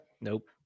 Nope